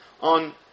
on